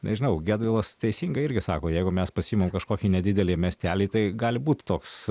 nežinau gedvilas teisingai irgi sako jeigu mes pasiimam kažkokį nedidelį miestelį tai gali būt toks